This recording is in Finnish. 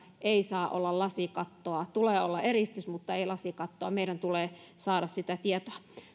ei saa olla lasikattoa tulee olla eristys mutta ei lasikattoa meidän tulee saada sitä tietoa